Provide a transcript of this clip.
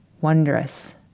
wondrous